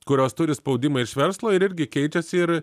kurios turi spaudimą iš verslo ir irgi keičiasi ir